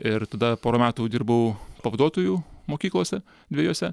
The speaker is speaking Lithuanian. ir tada porą metų dirbau pavaduotoju mokyklose dviejose